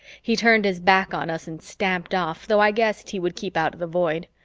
he turned his back on us and stamped off, though i guessed he would keep out of the void.